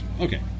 Okay